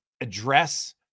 address